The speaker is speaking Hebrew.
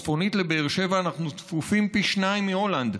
צפונית לבאר שבע אנחנו צפופים פי שניים מהולנד,